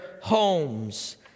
homes